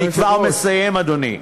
אני כבר מסיים, אדוני.